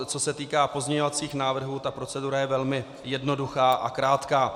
Co se týká pozměňovacích návrhů, procedura je velmi jednoduchá a krátká.